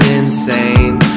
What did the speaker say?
insane